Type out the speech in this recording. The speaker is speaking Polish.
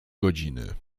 godziny